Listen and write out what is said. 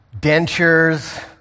dentures